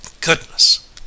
Goodness